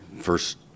first